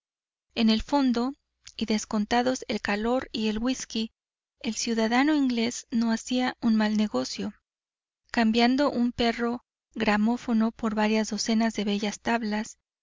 en el fondo y descontados el calor y el whisky el ciudadano inglés no hacía un mal negocio cambiando un perro gramófono por varias docenas de bellas tablas